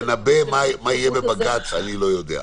תראי, לנבא מה יהיה בבג"ץ אני לא יודע.